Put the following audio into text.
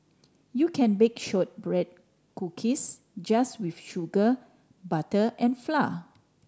you can bake shortbread cookies just with sugar butter and flour